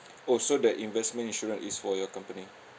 oh so that investment insurance is for your company